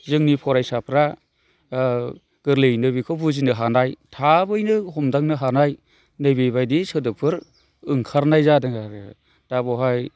जोंनि फरायसाफोरा गोरलैयैनो बेखौ बुजिनो हानाय थाबैनो हमदांनो हानाय नैबेबायदि सोदोबफोर ओंखारनाय जादों आरो दा बेवहाय